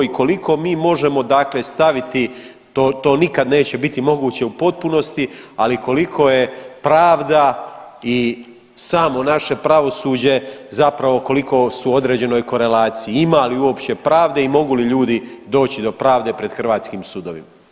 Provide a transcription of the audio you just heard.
I koliko mi možemo staviti to nikad neće biti moguće u potpunosti, ali koliko je pravda i samo naše pravosuđe zapravo koliko su u određenoj korealiciji, ima li uopće pravde i mogu li ljudi doći do pravde pred hrvatskim sudovima?